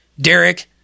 Derek